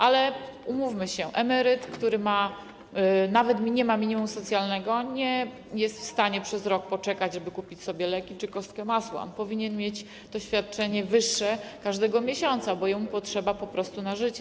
Ale umówmy się: emeryt, który nawet nie ma minimum socjalnego, nie jest w stanie przez rok poczekać, żeby wykupić sobie leki czy kostkę masła, on powinien mieć to świadczenie wyższe każdego miesiąca, bo jemu potrzeba po prostu na życie.